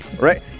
right